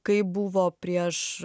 kaip buvo prieš